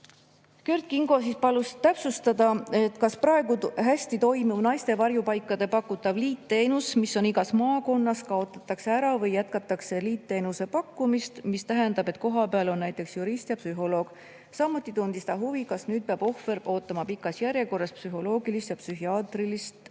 Kert Kingo palus täpsustada, kas praegu hästi toimiv naiste varjupaikade pakutav liitteenus, mis on igas maakonnas, kaotatakse ära või jätkatakse liitteenuse pakkumist, mis tähendab seda, et kohapeal on olemas ka näiteks jurist ja psühholoog. Samuti tundis ta huvi, kas [edaspidi] peab ohver ootama pikas järjekorras psühholoogilist ja psühhiaatrilist abi.